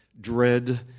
dread